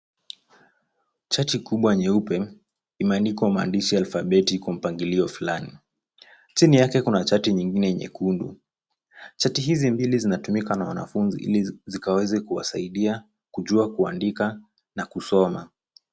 Chati kubwa nyeupe imeandikwa maandishi alfabeti kwa mpangilio fulani. Chini yake kuna chati nyingine nyekundu. Chati hizi mbili zinatumika na wanafunzi ili zikaweze kuwasaidia kujua kuandika na kusoma.